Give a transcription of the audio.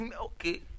okay